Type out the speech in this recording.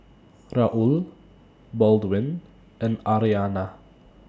Raul Baldwin and Aryana